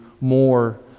more